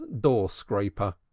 door-scraper